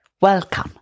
welcome